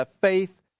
faith